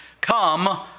Come